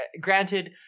granted